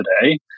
today